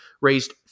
raised